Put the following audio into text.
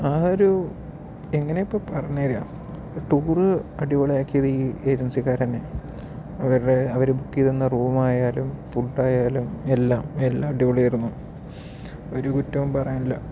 ആ ഒരു എങ്ങനെയാ ഇപ്പോൾ പറഞ്ഞു തരിക ടൂർ അടിപൊളിയാക്കിയത് ഈ ഏജൻസിക്കാർ തന്നെ അവരുടെ അവർ ബുക്ക് ചെയ്തുതന്ന റൂം ആയാലും ഫുഡ് ആയാലും എല്ലാം എല്ലാം അടിപൊളിയായിരുന്നു ഒരു കുറ്റവും പറയാൻ ഇല്ല